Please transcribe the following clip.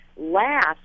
last